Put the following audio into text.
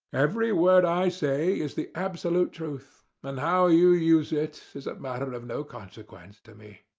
every word i say is the absolute truth, and how you use it is a matter of no consequence to me.